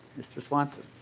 mr. swanson.